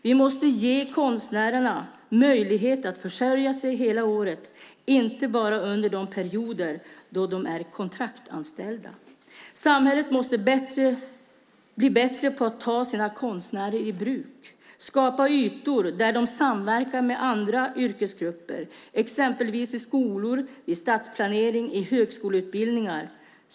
Vi måste ge konstnärerna möjlighet att försörja sig hela året, inte bara under de perioder då de är kontraktsanställda. Samhället måste bli bättre på att ta sina konstnärer i bruk, skapa ytor där de samverkar med andra yrkesgrupper, exempelvis i skolor, vid stadsplanering och i högskoleutbildningar.